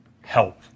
help